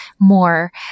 more